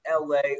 LA